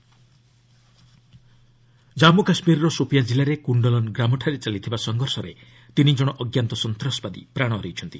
JK jawan injured Jammu କାଶ୍ମୀରର ସୋପିଆଁ ଜିଲ୍ଲାରେ କୁଣ୍ଡଲନ ଗ୍ରାମଠାରେ ଚାଲିଥିବା ସଂଘର୍ଷରେ ତିନିଜଣ ଅଜ୍ଞାତ ସନ୍ତାସବାଦୀ ପ୍ରାଣ ହରାଇଛନ୍ତି